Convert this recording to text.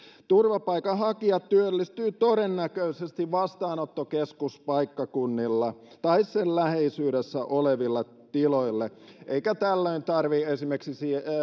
turvapaikanhakija työllistyy todennäköisesti vastaanottokeskuspaikkakunnalla tai sen läheisyydessä oleville tiloille eikä tällöin tarvitse esimerkiksi